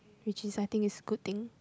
which is I think is good thing